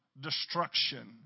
destruction